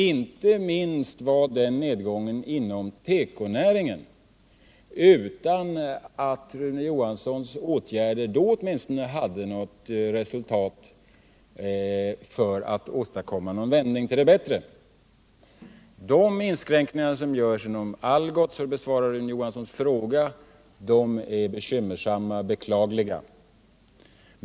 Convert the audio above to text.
Den nedgången skedde, inte minst inom tekonäringen, utan att Rune Johansson vidtog några åtgärder som hade till resultat en förändring till det bättre. De inskränkningar som görs inom Algots, för att besvara Rune Johanssons fråga, är bekymmersamma och beklagliga.